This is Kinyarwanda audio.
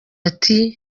ati